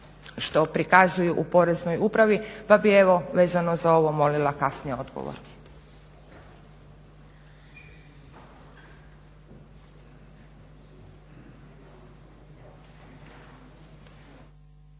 što prikazuju u Poreznoj upravi. Pa bih evo, vezano za ovo molila kasnije odgovor.